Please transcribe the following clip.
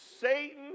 Satan